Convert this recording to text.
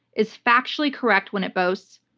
is factually correct when it boasts,